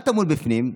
מה טמון בפנים?